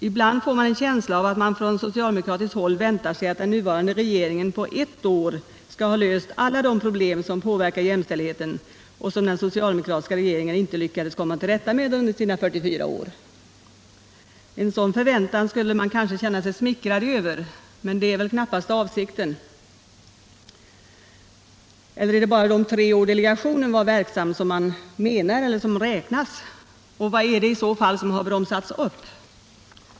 Ibland får man en känsla av att det på socialdemokratiskt — Jämställdhetsfrågor håll förväntas att den nuvarande regeringen på ett år skall ha löst alla — m.m. de problem som påverkar jämställdheten och som den socialdemokratiska regeringen inte lyckades komma till rätta med under sina 44 år. En sådan förväntan skulle man kanske känna sig smickrad över. Men det är väl knappast avsikten. Eller är det bara de tre år delegationen var verksam som räknas? Och vad är det i så fall som har bromsats upp?